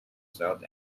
south